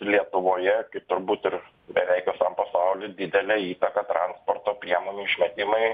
lietuvoje kaip turbūt ir beveik visam pasauly didelę įtaką transporto priemonių išmetimai